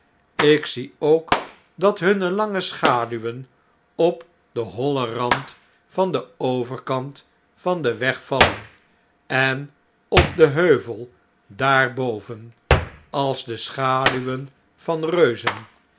ik zie ook dat hunne lange schaduwen op den hollen rand van den overkant van den weg vallen en op den heuvel daarboven als de schaduwen van reuzen